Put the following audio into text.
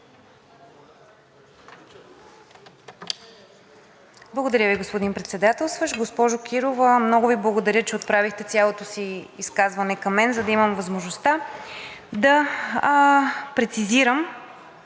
Благодаря Ви, господин Председателстващ. Госпожо Кирова, много Ви благодаря, че отправихте цялото си изказване към мен, за да имам възможността да прецизирам